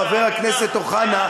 חבר הכנסת אוחנה,